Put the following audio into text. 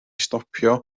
stopio